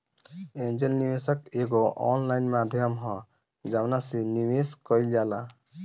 angel निवेशक एगो online माध्यम ह जवना से निवेश कईल जाला